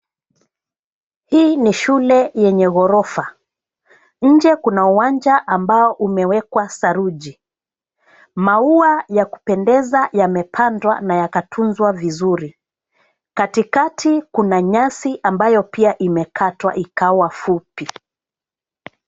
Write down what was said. Hii ni shule yenye ghorofa, nje kuna uwanja ambao umewekwa saruji. Maua ya kupendeza yamepandwa na yakatunzwa vizuri. Katikati kuna nyasi ambayo pia imekatwa ikawa fupi.